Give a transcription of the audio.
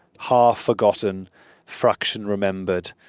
half forgotten fraction remembered.